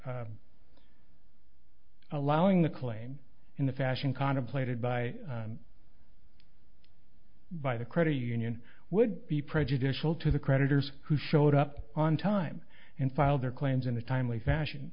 allowing the claim in the fashion contemplated by by the credit union would be prejudicial to the creditors who showed up on time and filed their claims in a timely fashion